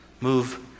move